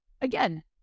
again